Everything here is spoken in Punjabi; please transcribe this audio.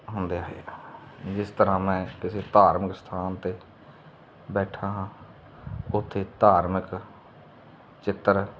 ਹੁੰਦੇ ਹਨ ਜਿਸ ਤਰ੍ਹਾਂ ਮੈਂ ਕਿਸੇ ਧਾਰਮਿਕ ਸਥਾਨ 'ਤੇ ਬੈਠਾ ਹਾਂ ਉੱਥੇ ਧਾਰਮਿਕ ਚਿੱਤਰ